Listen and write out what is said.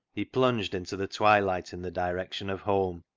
he plunged into the twilight in the direction of home.